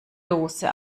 dose